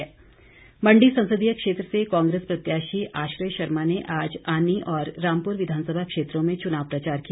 आश्रय मंडी संसदीय क्षेत्र से कांग्रेस प्रत्याशी आश्रय शर्मा ने आज आनी और रामपुर विधानसभा क्षेत्रों में चुनाव प्रचार किया